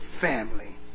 family